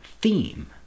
theme